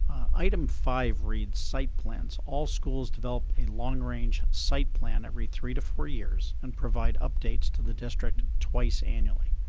item five reads site plans, all schools develop a long range site plan every three to four years, and provide updates to the district twice annually.